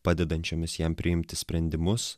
padedančiomis jam priimti sprendimus